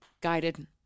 guided